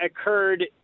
occurred